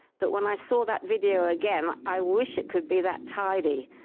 but when i saw that video again, i wish it could be that tidy.